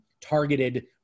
targeted